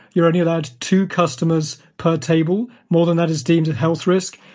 you're only allowed two customers per table. more than that is deemed a health risk.